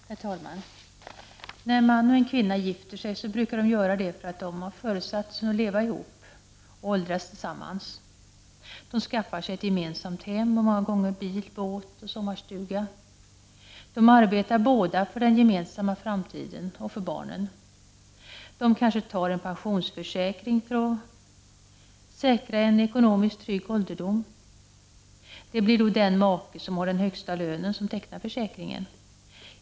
Herr talman! När en man och en kvinna gifter sig brukar de göra det därför att de har föresatt sig att leva ihop och åldras tillsammans. De skaffar ett gemensamt hem och många gånger bil, båt och sommarstuga. De arbetar båda för den gemensamma framtiden och för barnen. De kanske tar en pensionsförsäkring för att säkra en ekonomiskt trygg ålderdom. Det blir då den make som har den högsta lönen som tecknar försäkringen.